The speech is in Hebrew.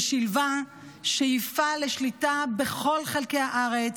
ששילבה שאיפה לשליטה בכל חלקי הארץ